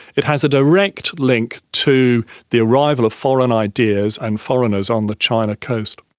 it has a direct link to the arrival of foreign ideas and foreigners on the china coast.